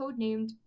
codenamed